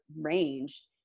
range